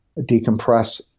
decompress